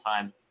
time